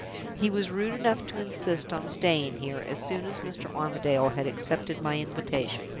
he was rude enough to insist on staying here as soon as mr. armadale had accepted my invitation.